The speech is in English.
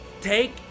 Take